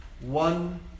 One